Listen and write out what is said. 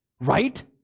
Right